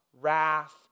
wrath